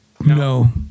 No